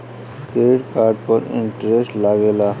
Credit card पर interest लागेला?